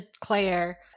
Claire